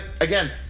again